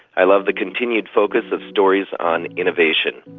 i love the continued focus of stories on innovation.